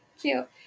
Cute